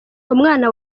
umwana